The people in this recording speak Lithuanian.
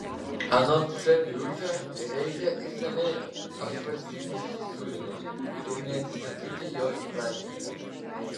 anot š biručio reikia išsamiai apsvarstyti šį siūlymą ir neatsisakyti jo įprasminimo